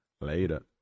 Later